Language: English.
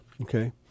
Okay